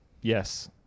Yes